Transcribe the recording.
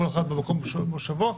כל אחד במקום מושבו,